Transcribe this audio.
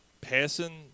passing